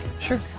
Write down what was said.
Sure